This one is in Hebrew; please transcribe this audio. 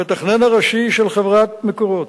המתכנן הראשי של חברת "מקורות",